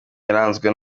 yaranzwe